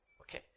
Okay